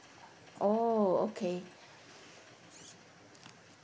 oh okay